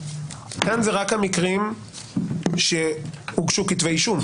כאן זה רק המקרים שהוגשו כתבי אישום,